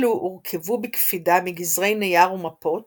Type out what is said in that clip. אלו הורכבו בקפידה מגזרי נייר ומפות